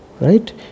Right